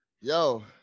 Yo